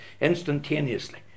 instantaneously